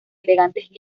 elegantes